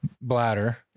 bladder